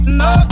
no